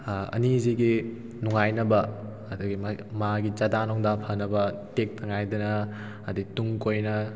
ꯑꯅꯤꯁꯤꯒꯤ ꯅꯨꯡꯉꯥꯏꯅꯕ ꯑꯗꯒꯤ ꯃꯥꯒꯤ ꯆꯥꯗꯥ ꯅꯣꯡꯗꯥ ꯐꯅꯕ ꯇꯦꯛꯇ ꯀꯥꯏꯗꯅ ꯑꯗꯩ ꯇꯨꯡ ꯀꯣꯏꯅ